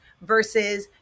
versus